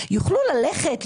יוכלו ללכת,